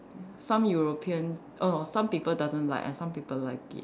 some European err some people doesn't like and some people like it